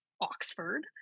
Oxford